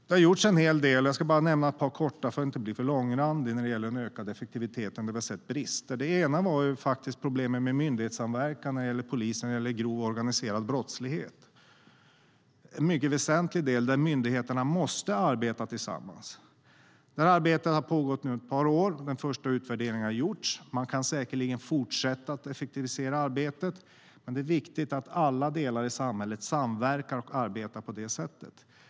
Det har gjorts en hel del. För att inte bli för långrandig ska jag bara nämna ett par brister vi sett när det gäller ökning av effektiviteten. En sak är problemet med myndighetssamverkan när det gäller polisen och grov organiserad brottslighet. Det är en mycket väsentlig del där myndigheterna måste arbeta tillsammans. Detta arbete har pågått ett par år nu, och den första utvärderingen har gjorts. Man kan säkerligen fortsätta att effektivisera arbetet, men det är viktigt att alla delar i samhället samverkar och arbetar på det sättet.